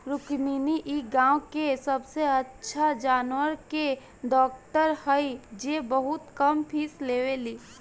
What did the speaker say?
रुक्मिणी इ गाँव के सबसे अच्छा जानवर के डॉक्टर हई जे बहुत कम फीस लेवेली